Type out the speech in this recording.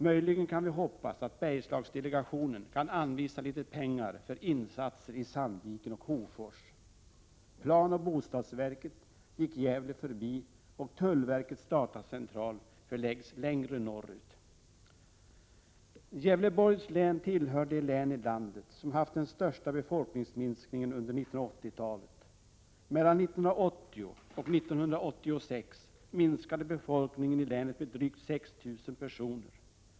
Möjligen kan vi hoppas att Bergslagsdelegationen kan anvisa litet pengar för insatser i Sandviken och Hofors. Planoch bostadsverket gick Gävle förbi, och tullverkets datacentral förläggs längre norrut. Gävleborgs län tillhör de län i landet som haft den största befolkningsminskningen under 1980-talet. Mellan 1980 och 1986 minskade befolkningen i länet med drygt 6 000 personer.